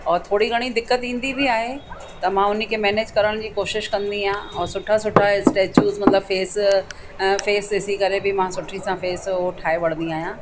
और थोरी घणी दिक़त ईंदी बि आहे त मां उन खे मैनेज करण जी कोशिशि कंदी आहे ऐं सुठा सुठा स्टैचुस मतिलबु फेस ऐं फेस ॾिसी करे बि मां सुठी सां फेस उहो ठाहे वठंदी आहियां